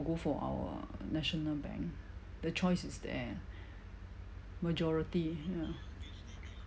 go for our national bank the choice is there majority ya